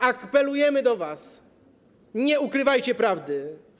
Apelujemy do was: nie ukrywajcie prawdy.